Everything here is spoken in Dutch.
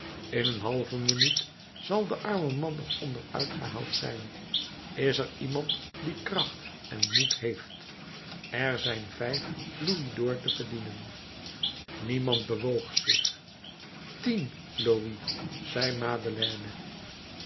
in een halve minuut zal de arme man er onder uitgehaald zijn is er iemand die kracht en moed heeft er zijn vijf louis d'or te verdienen niemand bewoog zich tien louis zei madeleine